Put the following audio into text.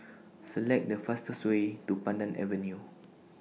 Select The fastest Way to Pandan Avenue